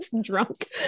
drunk